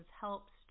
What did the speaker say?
helps